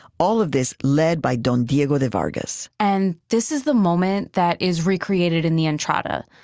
all of this led by don diego de vargas and this is the moment that is recreated in the entrada,